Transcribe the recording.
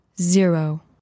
zero